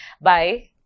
Bye